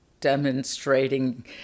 demonstrating